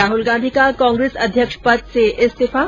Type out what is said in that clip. राहुल गांधी का कांग्रेस अध्यक्ष पद से इस्तीफा